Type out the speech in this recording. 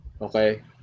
okay